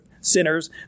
sinners